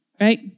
Right